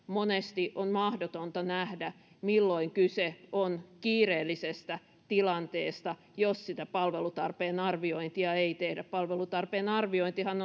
monesti on mahdotonta nähdä milloin kyse on kiireellisestä tilanteesta jos sitä palvelutarpeen arviointia ei tehdä palvelutarpeen arviointihan